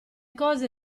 cose